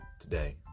today